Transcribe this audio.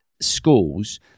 schools